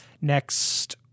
next